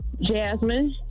Jasmine